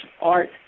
art